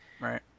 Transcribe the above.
Right